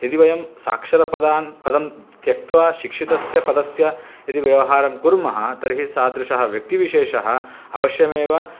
यदि वयं साक्षरपदान् पदं त्यक्त्वा शिक्षितस्य पदस्य यदि व्यवहारं कुर्मः तर्हि सादृशः व्यक्तिविशेषः अवश्यमेव